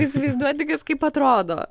įsivaizduoti kas kaip atrodo